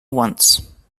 once